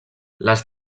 les